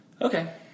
okay